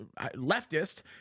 leftist